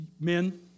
men